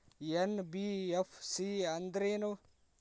NBFC ಅಂದ್ರೇನು?